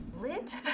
Lit